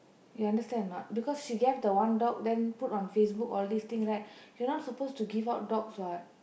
you understand or not because she gave the one dog then put on Facebook all this thing right you're not supposed to give out dogs what